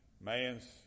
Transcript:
Man's